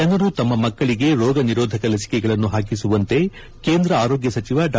ಜನರು ತಮ್ನ ಮಕ್ಕಳಿಗೆ ರೋಗ ನಿರೋಧಕ ಲಸಿಕೆಗಳನ್ನು ಹಾಕಿಸುವಂತೆ ಕೇಂದ್ರ ಆರೋಗ್ನ ಸಚಿವ ಡಾ